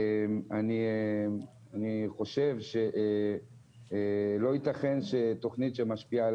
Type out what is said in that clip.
אני חושב שלא ייתכן שתכנית שמשפיעה על